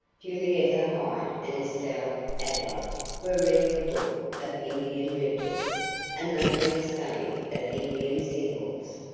julietta hyde and estelle adler were reading a book of indian legends and making a study of indian symbols.